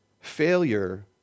failure